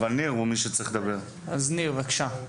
רשף, בבקשה.